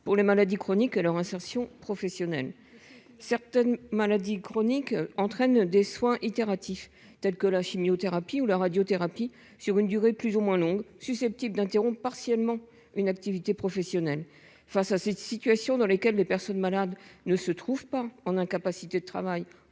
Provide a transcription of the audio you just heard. pour les maladies chroniques, à leur insertion professionnelle, certaines maladies chroniques entraînent des soins itératif, tels que la chimiothérapie ou la radiothérapie sur une durée plus ou moins longue susceptible d'interrompre partiellement une activité professionnelle face à cette situation dans lesquelles les personnes malades ne se trouve pas en incapacité de travail